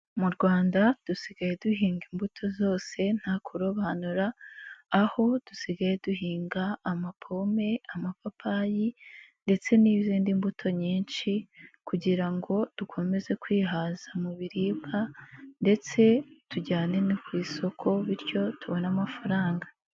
Mu Rwanda dusigaye duhinga imbuto zose nta kurobanura aho dusigaye duhinga amapome, amapapayi ndetse n'izindi mbuto nyinshi kugira ngo dukomeze kwihaza mu biribwa ndetse tujyane no ku isoko bityo tubone amafaranga.